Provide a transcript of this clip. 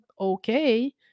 okay